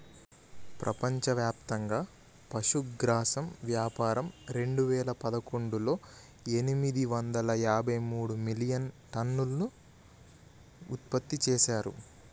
ప్రపంచవ్యాప్తంగా పశుగ్రాసం వ్యాపారం రెండువేల పదకొండులో ఎనిమిది వందల డెబ్బై మూడు మిలియన్టన్నులు ఉత్పత్తి చేశారు